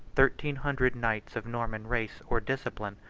thirteen hundred knights of norman race or discipline,